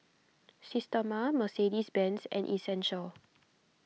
Systema Mercedes Benz and Essential